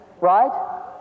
right